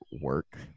work